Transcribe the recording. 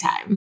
time